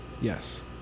Yes